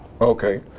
Okay